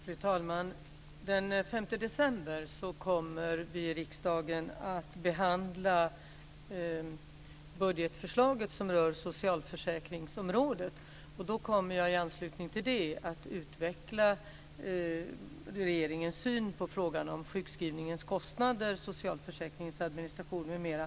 Fru talman! Den 5 december kommer vi i riksdagen att behandla det budgetförslag som rör socialförsäkringsområdet. Jag kommer i anslutning till det att utveckla regeringens syn på frågan om sjukskrivningskostnader, socialförsäkringens administration m.m.